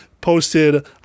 posted